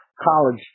college